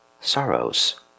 Sorrows